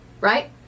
right